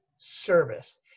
service